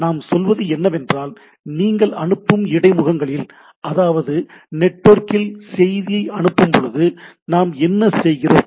நாம் சொல்வது என்னவென்றால் நீங்கள் அனுப்பும் இடைமுகங்களில் அதாவது நெட்வொர்க்கில் செய்தியை அனுப்பும் போது நாம் என்ன செய்கிறோம்